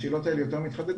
השאלות יותר מתחדדות,